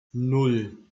nan